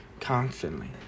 constantly